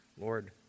Lord